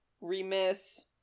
remiss